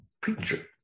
preacher